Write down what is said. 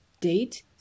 date